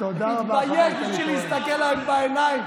תתבייש להסתכל להם בעיניים.